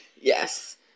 Yes